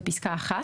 בפסקה (1),